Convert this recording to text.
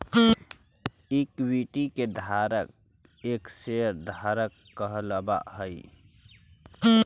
equity के धारक एक शेयर धारक कहलावऽ हइ